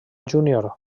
júnior